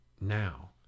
now